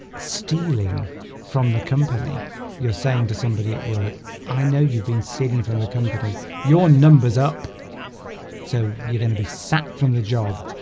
stealing from the company you're saying to somebody at work i know you've been stealing from the company your numbers up so you're gonna be sacked from the job